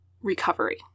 recovery